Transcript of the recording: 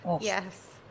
Yes